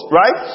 right